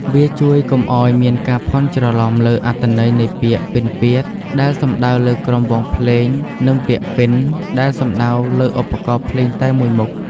វាជួយកុំឲ្យមានការភាន់ច្រឡំលើអត្ថន័យនៃពាក្យ "ពិណពាទ្យ" ដែលសំដៅលើក្រុមវង់ភ្លេង និងពាក្យ "ពិណ" ដែលសំដៅលើឧបករណ៍ភ្លេងតែមួយមុខ។